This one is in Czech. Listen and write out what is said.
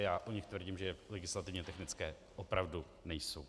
Já o nich tvrdím, že legislativně technické opravdu nejsou.